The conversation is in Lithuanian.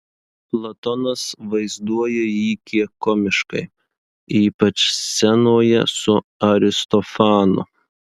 platonas vaizduoja jį kiek komiškai ypač scenoje su aristofanu